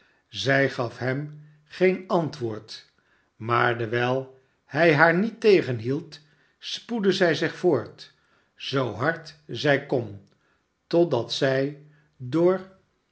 zij gaf hem geen antwoord maar dewijl hij haar niet tegenhiekl spoedde zij zich voort zoo hard zij kon totdat zij door